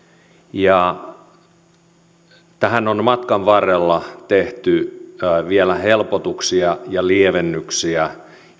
tähän on matkan varrella tehty vielä helpotuksia ja lievennyksiä